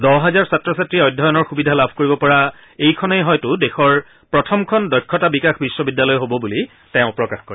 দহ হাজাৰ ছাত্ৰ ছাত্ৰীয়ে অধ্যয়নৰ সূবিধা লাভ কৰিব পৰা এইখনেই হয়তো দেশৰ প্ৰথমখন দক্ষতা বিকাশ বিশ্ববদ্যালয় হ'ব বুলি তেওঁ প্ৰকাশ কৰে